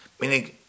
meaning